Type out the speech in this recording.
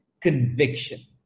conviction